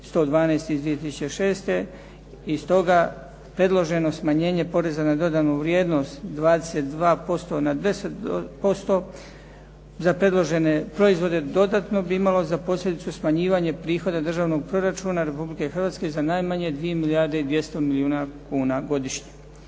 112 iz 2006. i stoga predloženo smanjenje poreza na dodanu vrijednost 22% na 10% za predložene proizvode dodatno bi imalo za posljedicu smanjivanje prihoda državnog proračuna Republike Hrvatske za najmanje 2 milijarde i 200 milijuna kuna godišnje.